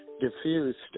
diffused